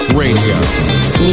radio